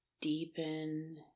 deepen